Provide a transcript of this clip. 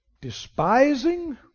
despising